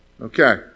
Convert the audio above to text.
Okay